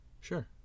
Sure